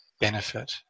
benefit